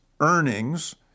earnings